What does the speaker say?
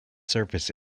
service